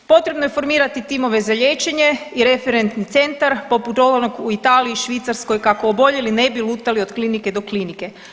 Potrebno je formirati timove za liječenje i referentni centar poput onog u Italiji, Švicarskoj kako oboljeli ne bi lutali od klinike do klinike.